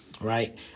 Right